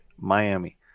Miami